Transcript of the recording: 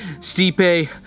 Stipe